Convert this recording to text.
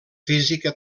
física